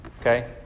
Okay